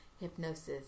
hypnosis